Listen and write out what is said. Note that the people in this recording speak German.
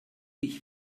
ich